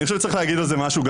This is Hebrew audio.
אני חושב צריך להגיד על זה משהו.